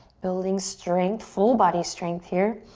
building strength, full body strength here